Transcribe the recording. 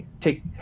take